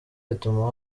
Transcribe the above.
bituma